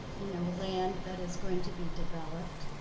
you know, land that is going to be developed.